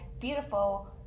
beautiful